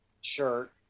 shirt